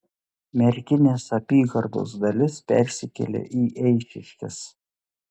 merkinės apygardos dalis persikėlė į eišiškes